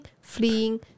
fleeing